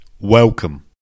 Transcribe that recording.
Welcome